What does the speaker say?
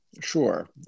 Sure